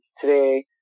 today